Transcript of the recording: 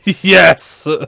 Yes